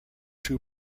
two